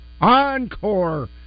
Encore